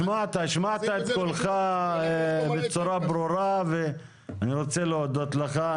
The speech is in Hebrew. השמעת את קולך בצורה ברורה ואני רוצה להודות לך.